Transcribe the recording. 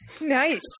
Nice